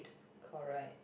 correct